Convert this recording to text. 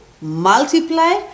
multiply